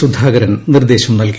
സുധാകരൻ നിർദ്ദേശം നൽകി